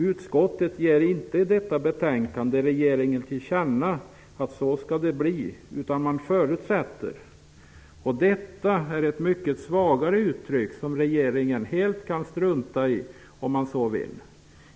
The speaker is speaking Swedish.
Utskottet ger inte i detta betänkande regeringen till känna att det skall bli så, utan man förutsätter det -- vilket är ett mycket svagare uttryck, som regeringen helt kan strunta i om man så vill.